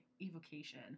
evocation